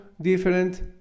different